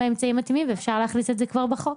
האמצעים מתאימים ואפשר להכניס את זה כבר בחוק.